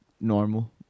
Normal